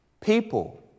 People